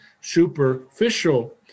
superficial